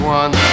one